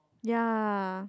ya